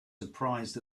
surprised